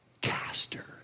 caster